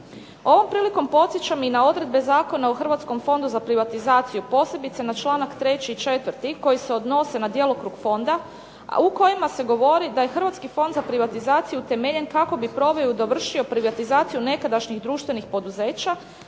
Ovom prilikom podsjećam i na odredbe Zakona o Hrvatskom fondu za privatizaciju, posebice na čl. 3. i 4. koji se odnose na djelokrug fonda, a u kojima se govori da je Hrvatski fond za privatizaciju utemeljen kako bi proveo i dovršio privatizaciju nekadašnjih društvenih poduzeća,